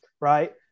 Right